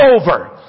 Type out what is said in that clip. over